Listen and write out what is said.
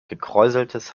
gekräuseltes